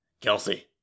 Kelsey